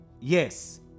Yes